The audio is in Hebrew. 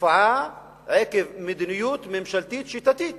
תופעה עקב מדיניות ממשלתית שיטתית